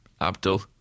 Abdul